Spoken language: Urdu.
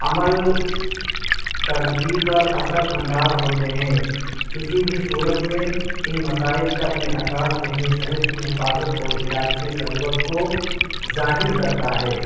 عمل کردگی پر اثرانداز ہوتے ہیں کسی بھی صورت میں ان مسائل کا انعقاد ذہنی صحت کی حفاظت اور علاج کے ضرورت کو ظاہر کرتا ہے